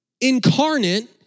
incarnate